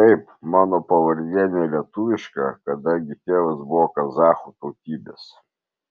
taip mano pavardė ne lietuviška kadangi tėvas buvo kazachų tautybės